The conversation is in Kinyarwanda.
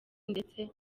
ndetse